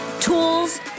tools